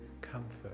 comfort